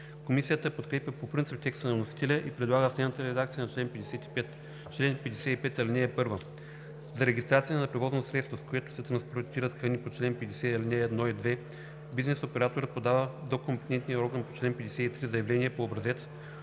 Комисията подкрепя по принцип текста на вносителя и предлага следната редакция на чл. 55: „Чл. 55. (1) За регистрация на превозно средство, с което се транспортират храни по чл. 50, ал. 1 и 2, бизнес операторът подава до компетентния орган по чл. 53 заявление по образец,